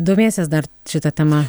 domėsies dar šita tema